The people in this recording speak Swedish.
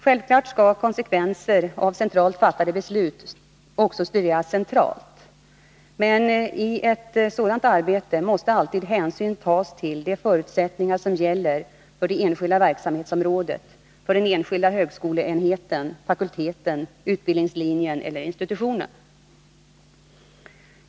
Självfallet skall konsekvenser av centralt fattade beslut också studeras centralt, men i ett sådant arbete måste alltid hänsyn tas till de förutsättningar som gäller för det enskilda verksamhetsområdet, för den enskilda högskoleenheten, fakulteten, utbildningslinjen eller institutionen.